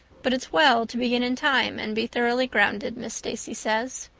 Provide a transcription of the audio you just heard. but it's well to begin in time and be thoroughly grounded, miss stacy says.